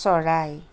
চৰাই